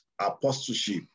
apostleship